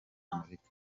amerika